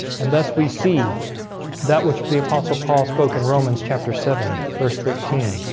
and thus we see that which the apostle paul spoke in romans chapter seven verse thirteen